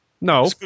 No